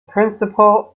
principle